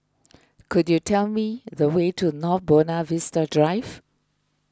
could you tell me the way to North Buona Vista Drive